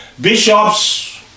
bishops